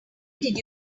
did